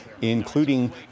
including